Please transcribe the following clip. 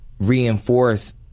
Reinforce